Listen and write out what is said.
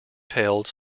tailed